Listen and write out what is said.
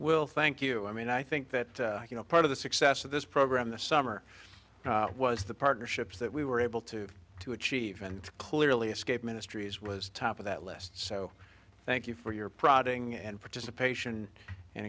we'll thank you i mean i think that you know part of the success of this program the summer was the partnerships that we were able to to achieve and clearly escape ministries was top of that list so thank you for your prodding and participation and